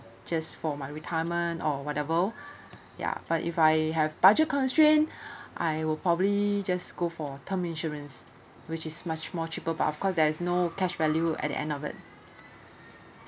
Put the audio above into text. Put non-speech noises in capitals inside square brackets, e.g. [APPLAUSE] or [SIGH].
just for my retirement or whatever ya but if I have budget constraint [BREATH] I will probably just go for term insurance which is much more cheaper but of course there is no cash value at the end of it